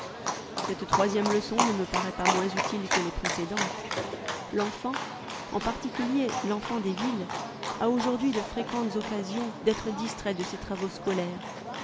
cette troisième leçon ne me paraît pas moins utile que les précédentes l'enfant en particulier l'enfant des villes a aujourd'hui de fréquentes occasions d'être distrait de ses travaux scolaires